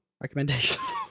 Recommendations